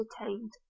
entertained